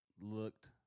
looked